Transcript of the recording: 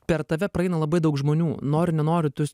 per tave praeina labai daug žmonių nori nenori tu